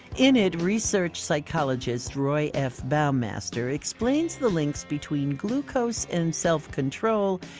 in it, research psychologist roy f. baumeister explains the links between glucose and self-control,